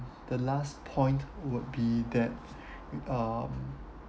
the last point would be that um